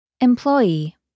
Employee